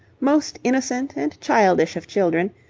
most innocent and childish of children,